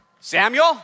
Samuel